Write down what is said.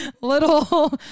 little